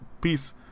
peace